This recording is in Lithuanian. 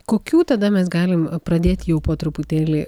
kokių tada mes galim pradėti jau po truputėlį